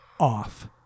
off